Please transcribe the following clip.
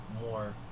more